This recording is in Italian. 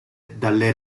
dalle